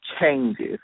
changes